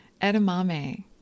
edamame